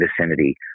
vicinity